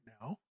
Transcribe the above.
now